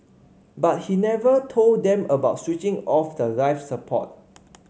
but he never told them about switching off the life support